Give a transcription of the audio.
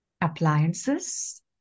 appliances